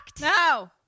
No